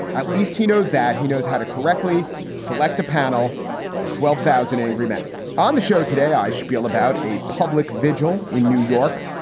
at least he knows that he knows how to correctly select a panel of twelve thousand angry men on the show. today, i shpiel about a public vigil in new york,